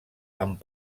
amb